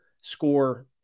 score